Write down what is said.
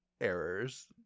errors